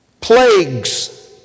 Plagues